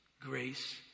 grace